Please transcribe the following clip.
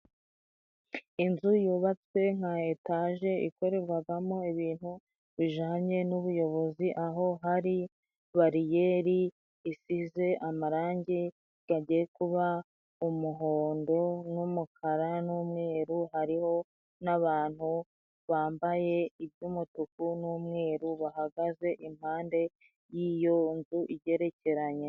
inzu yubatswe nka etaje ikorerwagamo ibintu bijanye n'ubuyobozi, aho hari bariyeri isize amarangi gagiye kuba umuhondo n'umukara n'umweru. Hariho n'abantu bambaye iby'umutuku n'umweru bahagaze impande y'iyo nzu igerekeranye.